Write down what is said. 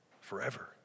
forever